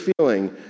feeling